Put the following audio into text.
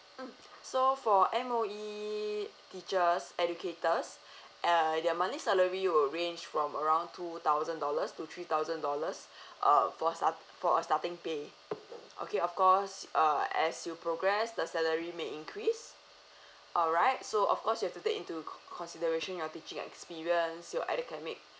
mm so for M_O_E teachers educators uh your monthly salary will range from around two thousand dollars to three thousand dollars uh for sta~ for a starting pay okay of course uh as you progress the salary may increase alright so of course you have to take into consideration your teaching experience your adecamic